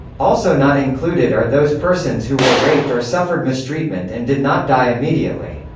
also not included are those persons who were raped or suffered mistreatment and did not die immediately.